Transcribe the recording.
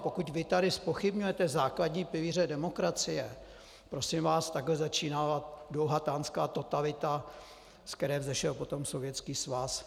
A pokud tady zpochybňujete základní pilíře demokracie prosím vás, takhle začínala dlouhatánská totalita, ze které vzešel potom Sovětský svaz.